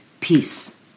Peace